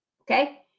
okay